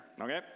okay